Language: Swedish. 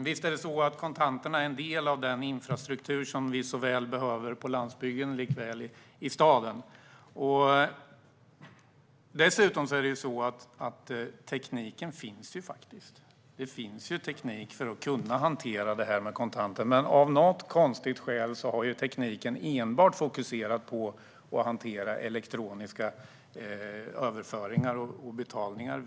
Fru talman! Visst är kontanterna en del av den infrastruktur som vi så väl behöver både på landsbygden och i staden. Dessutom finns det faktiskt teknik för att hantera detta med kontanter, men av något konstigt skäl har man enbart fokuserat på att hantera elektroniska överföringar och betalningar.